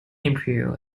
imperial